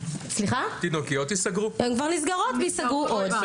והתינוקיות כבר נסגרות וייסגרו עוד.